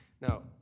Now